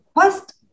first